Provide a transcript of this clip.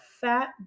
fat